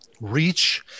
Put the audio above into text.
reach